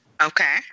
Okay